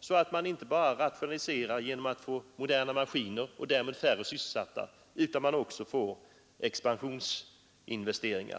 så att man inte bara rationaliserar genom att skaffa moderna maskiner och därmed sysselsätter färre människor. Vi måste också få expansionsinvesteringar.